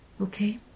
Okay